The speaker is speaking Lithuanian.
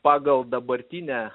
pagal dabartinę